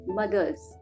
mothers